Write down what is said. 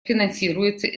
финансируется